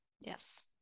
yes